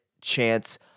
chance